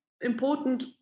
important